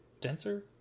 denser